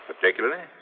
particularly